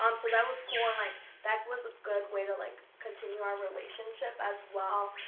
um so that was cool. and like that was a good way to like continue our relationship as well.